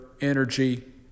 energy